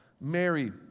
Mary